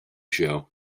show